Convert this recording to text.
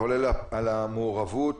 כולל על המעורבות